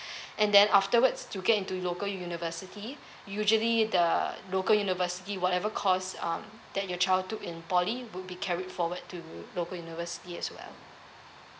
and then afterwards to get into local university usually the local university whatever course um that your child took in poly would be carried forward to local university as well